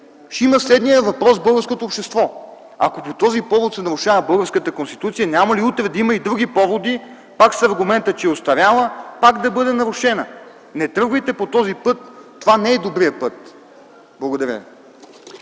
ще има следния въпрос в българското общество: ако по този повод се нарушава българската Конституция, няма ли утре да има и други поводи, пак с аргумента, че е остаряла, пак да бъде нарушена?! Не тръгвайте по този път. Това не е добрият път! Благодаря